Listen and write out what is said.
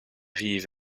vive